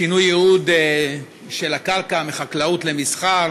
שינוי ייעוד של הקרקע מחקלאות למסחר